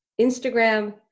Instagram